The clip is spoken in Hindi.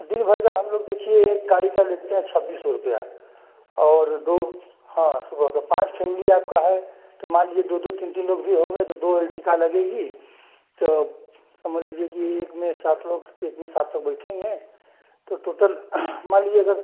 दिन भर का हम लोग देखिए एक गाड़ी का लेते हैं छब्बीस सौ रुपये और दो हाँ सुबह का पाँच फेमिली आपका है तो मान लीजिए दो दो तीन तीन लोग भी होंगे तो दो अल्टिका लगेगी तो समझ लीजिए कि एक में सात लोग एक में सात लोग बैठेंगे तो टोटल मान लीजिए अगर